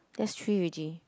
that's three already